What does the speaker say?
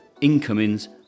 incomings